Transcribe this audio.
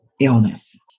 illness